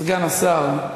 לסגן השר,